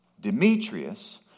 Demetrius